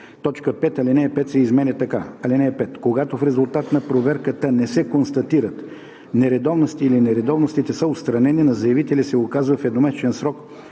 5. Алинея 5 се изменя така: „(5) Когато в резултат на проверката не се констатират нередовности или нередовностите са отстранени, на заявителя се указва в едномесечен срок